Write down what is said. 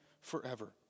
forever